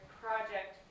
project